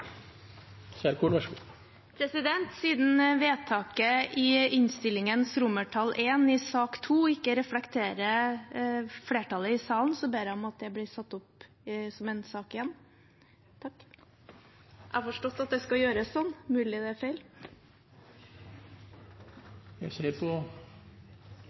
Kjerkol har bedt om ordet. Siden vedtaket til I i innstillingen til sak nr. 2 ikke reflekterer flertallet i salen, ber jeg om at det blir satt opp som en sak igjen. Jeg har forstått at dette skal gjøres sånn. Det er mulig det er